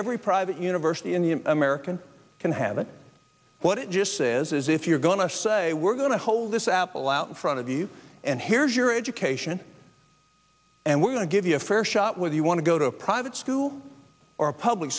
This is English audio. every private university in the american can have it what it just says is if you're going to say we're going to hold this apple out in front of you and here's your education and we're going to give you a fair shot whether you want to go to a private school or a public